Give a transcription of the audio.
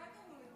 מתי קראו לי?